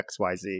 xyz